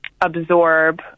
absorb